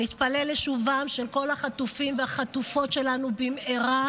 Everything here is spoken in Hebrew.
נתפלל לשובם של כל החטופים והחטופות שלנו במהרה,